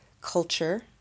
culture